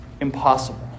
impossible